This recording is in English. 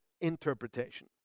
interpretation